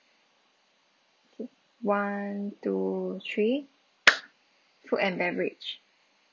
one two three food and beverage